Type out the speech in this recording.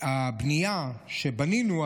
הבנייה שבנינו,